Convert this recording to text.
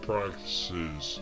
practices